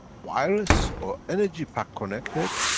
virus or energy pack connected,